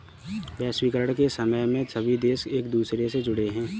वैश्वीकरण के समय में सभी देश एक दूसरे से जुड़े है